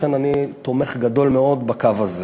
לכן, אני תומך גדול מאוד בקו הזה.